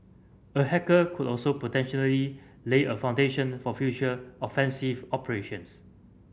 a hacker could also lay a foundation for future offensive operations